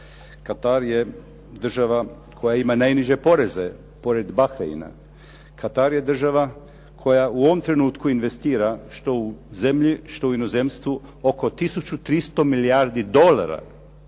Katar je država koja ima najniže poreze pored Baheina. Katar je država koja u ovom trenutku investira, što u zemlji, što u inozemstvu oko 1300 milijardi dolara.